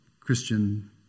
Christian